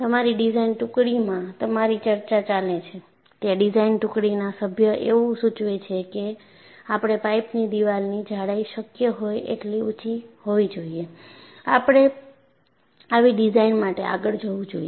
તમારી ડિઝાઇન ટુકડીમાં તમારી ચર્ચા ચાલે છે ત્યાં ડિઝાઇન ટુકડીના સભ્ય એવું સૂચવે છે કે આપણે પાઇપની દિવાલની જાડાઈ શક્ય હોય એટલી ઊંચી હોવી જોઈએ આપણે આવી ડિઝાઇન માટે આગળ જવું જોઈએ